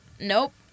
Nope